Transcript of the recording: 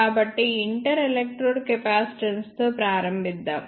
కాబట్టి inter electrode కెపాసిటెన్స్తో ప్రారంభిద్దాం